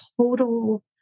total